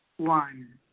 one.